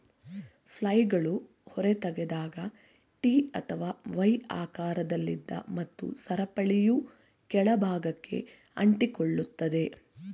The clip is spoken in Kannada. ಫ್ಲೇಲ್ಗಳು ಹೊರತೆಗೆದಾಗ ಟಿ ಅಥವಾ ವೈ ಆಕಾರದಲ್ಲಿದೆ ಮತ್ತು ಸರಪಳಿಯು ಕೆಳ ಭಾಗಕ್ಕೆ ಅಂಟಿಕೊಳ್ಳುತ್ತದೆ